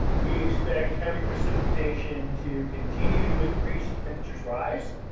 we expect heavy precipitation to continue to increase as temperatures rise.